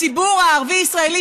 הציבור הערבי-ישראלי,